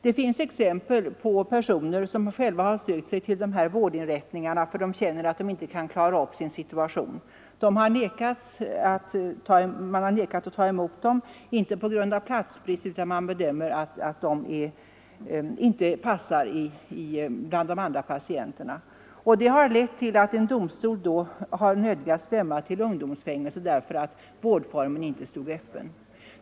Det finns exempel på personer som själva har sökt sig till vårdinrättningar därför att de känner att de inte kan klara upp sin situation. Man har då vägrat att ta emot dem, inte på grund av platsbrist utan därför att man bedömer att de inte passar bland de andra patienterna. Det har lett till att domstol nödgats döma till ungdomsfängelse därför att vårdformen inte stod öppen.